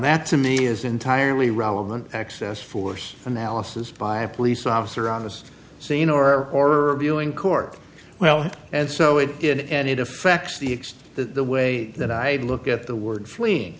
that to me is entirely relevant access force analysis by a police officer on this scene or or viewing court well and so it did and it affects the extent that the way that i look at the word fleeing